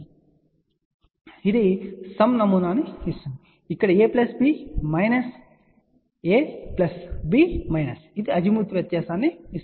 కాబట్టి ఇది మాకు మొత్తం నమూనాను ఇస్తుంది మరియు ఇక్కడ A ప్లస్ B మైనస్ ఇది అజీముత్ వ్యత్యాసాన్ని ఇస్తుంది